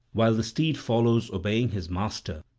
while the steed follows obeying his master,